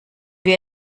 wir